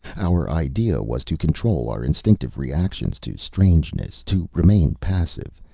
our idea was to control our instinctive reactions to strangeness, to remain passive,